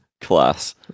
Class